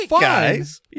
guys